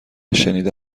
شنیده